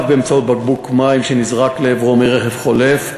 באמצעות בקבוק מים שנזרק לעברו מרכב חולף,